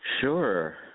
Sure